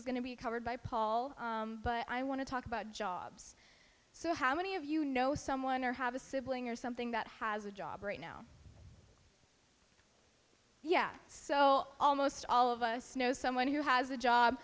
is going to be covered by paul but i want to talk about jobs so how many of you know someone or have a sibling or something that has a job right now yeah so almost all of us know someone who has a job